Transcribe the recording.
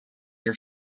your